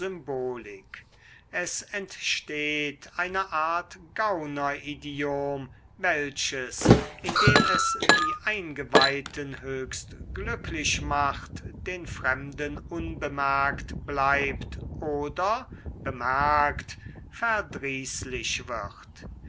es entsteht eine art gauneridiom welches indem es die eingeweihten höchst glücklich macht den fremden unbemerkt bleibt oder bemerkt verdrießlich wird